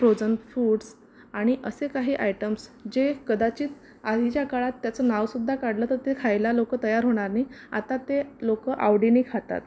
frozen foods आणि असे काही आयटम्स जे कदाचित आधीच्या काळात त्याचं नाव सुद्धा काढलं तर ते खायला लोकं तयार होणार नाही आता ते लोक आवडीने खातात